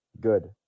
good